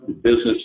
business